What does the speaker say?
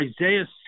Isaiah